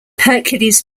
hercules